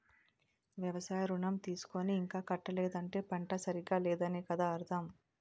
వ్యవసాయ ఋణం తీసుకుని ఇంకా కట్టలేదంటే పంట సరిగా లేదనే కదా అర్థం